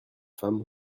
femme